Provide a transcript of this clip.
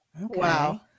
wow